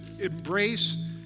embrace